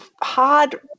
hard